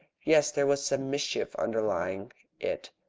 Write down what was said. yes, there was some mischief underlying it.